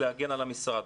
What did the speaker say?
להגן על המשרד.